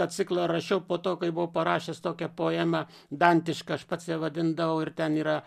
tą ciklą rašiau po to kai buvau parašęs tokią poemą dantišką aš pats ją vadindavau ir ten yra